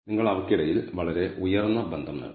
നിങ്ങൾ അവക്കിടയിൽ വളരെ ഉയർന്ന ബന്ധം നേടുന്നു